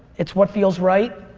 it's what feels right.